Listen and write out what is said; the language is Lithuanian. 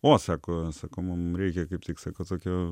o sako sako mum reikia kaip tik sako kad tokio